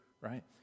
right